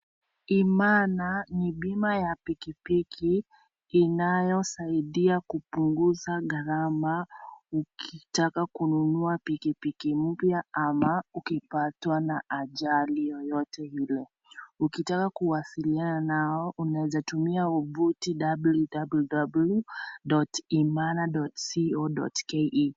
Imana ni bima ya pikipiki inayosaidia kupunguza gharama ukitaka kununua pikipiki mpya ama ukipatwa na ajali yoyote ile. Ukitaka kuwasiliana nao unaeza tumia tovuti www.imana.co.ke.